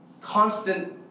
constant